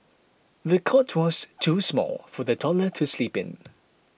the cot was too small for the toddler to sleep in